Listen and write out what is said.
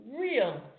real